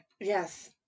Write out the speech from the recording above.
Yes